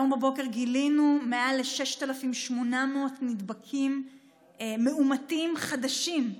היום בבוקר גילינו מעל 6,800 נדבקים מאומתים חדשים.